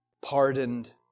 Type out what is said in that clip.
pardoned